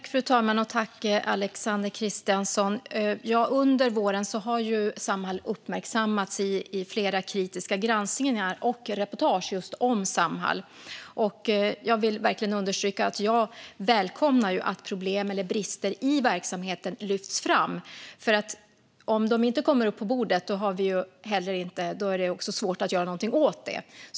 Fru talman! Under våren har ju Samhall uppmärksammats i flera kritiska granskningar och reportage. Jag vill verkligen understryka att jag välkomnar att problem eller brister i verksamheten lyfts fram, för om de inte kommer upp på bordet är det svårt att göra något åt dem.